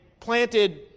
Planted